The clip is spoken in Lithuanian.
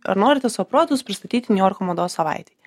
ar norite savo produktus pristatyti niujorko mados savaitėj